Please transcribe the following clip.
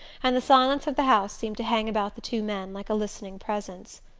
and the silence of the house seemed to hang about the two men like a listening presence.